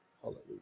Hallelujah